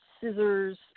scissors